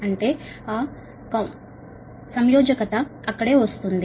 అంటే ఆ కాంజుగేట్ అక్కడే వస్తుంది